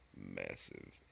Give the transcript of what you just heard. massive